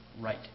right